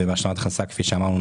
וכפי שאמרנו,